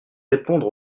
répondre